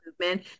movement